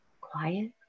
quiet